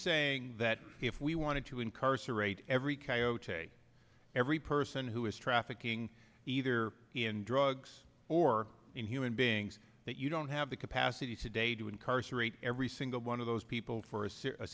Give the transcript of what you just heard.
saying that if we wanted to incarcerate every coyote every person who is trafficking either in drugs or human beings that you don't have the capacity today to incarcerate every single one of those people